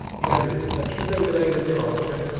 he added that should they delay their departure,